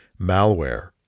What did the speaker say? Malware